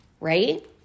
right